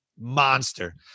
monster